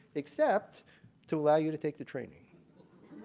except to allow you to take the training.